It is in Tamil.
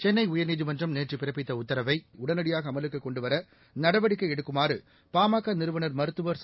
சென்னைஉயர்நீதிமன்றம் நேற்றுபிறப்பித்தஉத்தரவை டனடியாகஅமலுக்குகொண்டுவரநடவடிக்கைஎடுக்குமாறுபாமகநிறுவனர் மருத்துவர் ச